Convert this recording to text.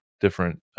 different